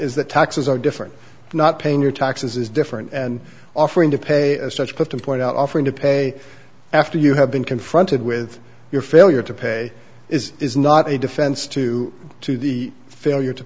is that taxes are different not paying your taxes is different and offering to pay as such put them point out offering to pay after you have been confronted with your failure to pay is is not a defense to to the failure to